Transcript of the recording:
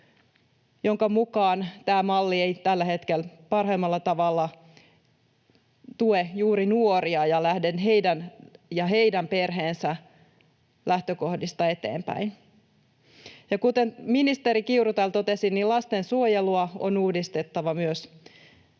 jonka mukaan tämä malli ei tällä hetkellä parhaimmalla tavalla tue juuri nuoria heidän perheensä lähtökohdista eteenpäin. Ja kuten ministeri Kiuru täällä totesi, niin lastensuojelua on uudistettava myös.